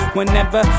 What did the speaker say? Whenever